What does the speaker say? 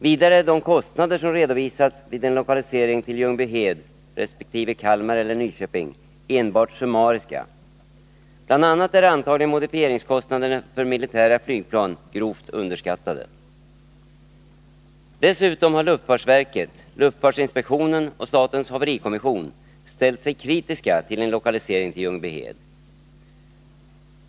Vidare är de kostnader som redovisats vid en lokalisering till Ljungbyhed resp. Kalmar eller Nyköping enbart summariska. Bl.a. är antagligen modifieringskostnaderna för militära flygplan grovt underskattade. Dessutom har luftfartsverket, luftfartsinspektionen och statens haverikommission ställt sig kritiska till en lokalisering till Ljungbyhed.